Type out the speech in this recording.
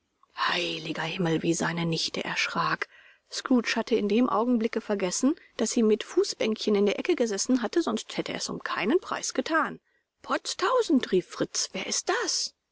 heiliger himmel wie seine nichte erschrak scrooge hatte in dem augenblicke vergessen daß sie mit dem fußbänkchen in der ecke gesessen hatte sonst hätte er es um keinen preis gethan potztausend rief fritz wer ist das